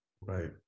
Right